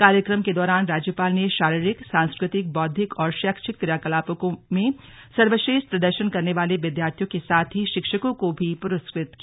कार्यक्रम के दौरान राज्यपाल ने शारीरिक सांस्कृतिक बौद्विक और शैक्षिक क्रियाकलापों में सर्वश्रेष्ठ प्रदर्शन करने वाले विद्यार्थियों के साथ ही शिक्षकों को भी पुरस्कृत किया